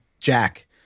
Jack